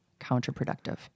counterproductive